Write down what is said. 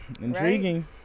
Intriguing